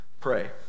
Pray